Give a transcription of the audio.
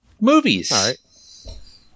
Movies